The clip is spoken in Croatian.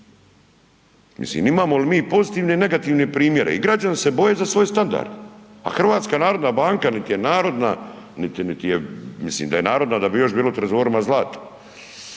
mislim imamo li mi pozitivne i negativne primjere i građani se boje za svoj standard, a HNB nit je narodna, nit je mislim da je narodna da bi još bilo u trezorima zlata.